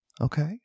Okay